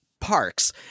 Parks